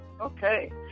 Okay